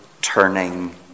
turning